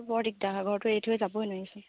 বৰ দিগদাৰ হয় ঘৰটো এৰি থৈ যাবই নোৱাৰিচোন